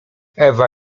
ewa